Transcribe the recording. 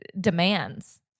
demands